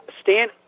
Stan